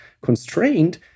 constrained